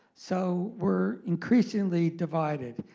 so we're increasingly divided.